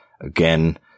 again